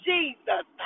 Jesus